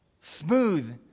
Smooth